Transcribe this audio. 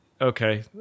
Okay